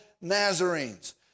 Nazarenes